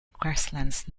grasslands